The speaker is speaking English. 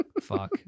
Fuck